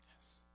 Yes